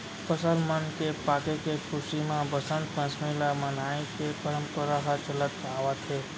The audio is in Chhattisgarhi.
फसल मन के पाके के खुसी म बसंत पंचमी ल मनाए के परंपरा ह चलत आवत हे